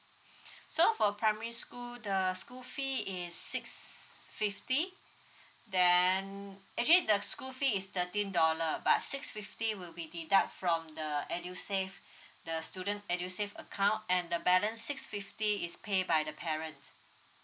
so for primary school the school fee is six fifty then actually the school fee is thirteen dollar but six fifty will be deduct from the edusave the student edusave account and the balance six fifty is pay by the parents